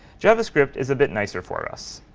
javascript is a bit nicer for us.